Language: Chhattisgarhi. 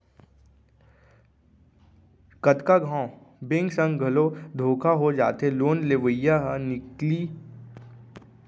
कतको घांव बेंक संग घलो धोखा हो जाथे लोन लेवइया ह नकली जिनिस ल गिरवी राखके लोन ले लेथेए बेंक ल एकर बारे म बाद म पता चलथे